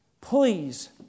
please